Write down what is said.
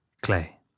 Clay